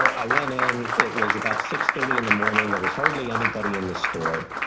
i went in, it was about six thirty in the morning, there was hardly anybody in the store.